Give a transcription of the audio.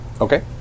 Okay